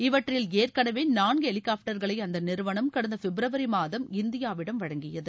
இவற்றில் ஏற்கனவே நான்கு ஹெலிகாப்டர்களை அந்த நிறுவனம் கடந்த பிப்ரவரி மாதம் இந்தியாவிடம் வழங்கியகு